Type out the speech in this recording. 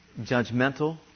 judgmental